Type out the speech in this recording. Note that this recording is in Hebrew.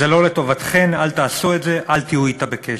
זה לא לטובתכן, אל תעשו את זה, אל תהיו אתה בקשר.